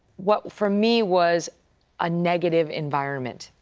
what for me was a negative environment.